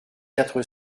quatre